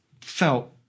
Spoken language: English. felt